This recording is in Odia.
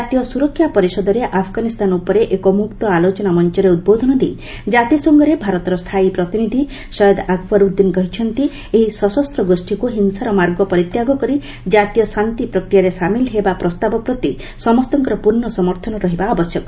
ଜାତୀୟ ସୁରକ୍ଷା ପରିଷଦରେ ଆଫଗାନିସ୍ତାନ ଉପରେ ଏକ ମୁକ୍ତ ଆଲୋଚନା ମଞ୍ଚରେ ଉଦ୍ବୋଧନ ଦେଇ ଜାତିସଂଘରେ ଭାରତର ସ୍ଥାୟୀ ପ୍ରତିନିଧ୍ୱ ସୟଦ ଆକ୍ବର ଉଦ୍ଦିନ୍ କହିଚନ୍ତି ଏହି ସଶସ୍ତ ଗୋଷୀକୁ ହିସ୍ୟର ମାର୍ଗ ପରିତ୍ୟାଗ କରି କାତୀୟ ଶାନ୍ତି ପ୍ରକ୍ରିୟାରେ ସାମିଲ ହେବା ପ୍ରସ୍ତାବ ପ୍ରତି ସମସ୍ତଙ୍କର ପୂର୍ଣ୍ଣ ସମର୍ଥନ ରହିବା ଆବଶ୍ୟକ